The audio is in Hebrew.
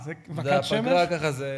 זה הפגרה, ככה.